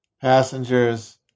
Passengers